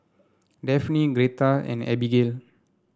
Dafne Greta and Abigail